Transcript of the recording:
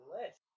list